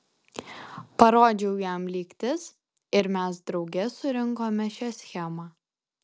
parodžiau jam lygtis ir mes drauge surinkome šią schemą